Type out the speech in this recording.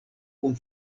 kun